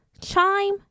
Chime